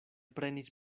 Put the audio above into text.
prenis